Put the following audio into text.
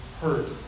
hurt